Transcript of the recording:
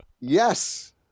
yes